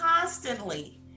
constantly